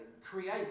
create